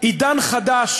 עידן חדש